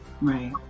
Right